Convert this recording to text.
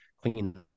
clean